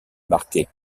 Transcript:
marqué